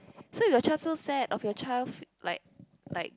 so you got child so sad of your child like like